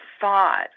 thought